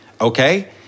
Okay